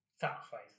sacrifice